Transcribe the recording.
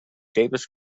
davis